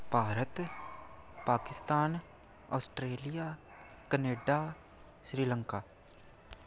Bharat Pakistan Australia Canada Sri Lanka